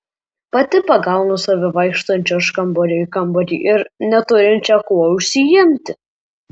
pati pagaunu save vaikštančią iš kambario į kambarį ir neturinčią kuo užsiimti